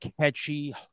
catchy